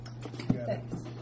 Thanks